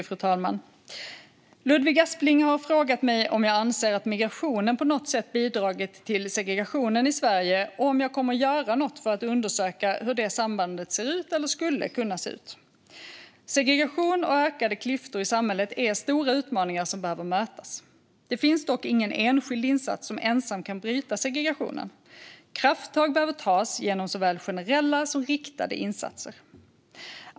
Fru talman! Ludvig Aspling har frågat mig om jag anser att migrationen på något sätt bidragit till segregationen i Sverige och om jag kommer att göra något för att undersöka hur det sambandet ser ut eller skulle kunna se ut. Segregation och ökade klyftor i samhället är stora utmaningar som behöver mötas. Det finns dock ingen enskild insats som ensam kan bryta segregationen. Krafttag behöver tas genom såväl generella som riktade insatser.